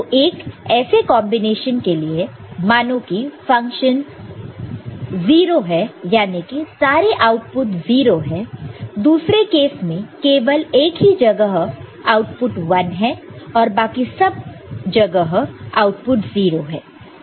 तो एक ऐसे कॉन्बिनेशन के लिए मानो कि फंक्शन 0 है यानी कि सारे आउटपुट 0 है दूसरे केस में केवल एक ही जगह आउटपुट 1 है और बाकी सब जगह आउटपुट 0 है